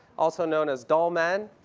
also known as dollman.